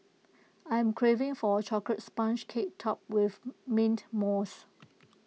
I am craving for A Chocolate Sponge Cake Topped with Mint Mousse